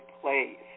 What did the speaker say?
place